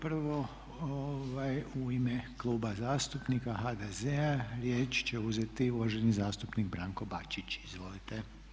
Prvo u ime Kluba zastupnika HDZ-a riječ će uzeti uvaženi zastupnik Branko Bačić, izvolite.